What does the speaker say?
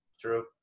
True